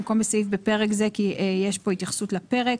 במקום בפרק זה, כי יש כאן התייחסות לפרק.